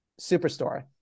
Superstore